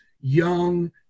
young